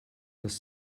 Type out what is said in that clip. dass